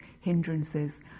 hindrances